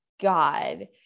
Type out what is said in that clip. God